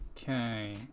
Okay